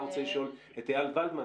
אתה רוצה לשאול את איל ולדמן?